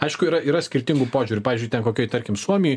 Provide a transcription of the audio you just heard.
aišku yra yra skirtingų požiūrių pavyzdžiui ten kokioj tarkim suomijoj